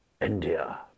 India